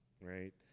right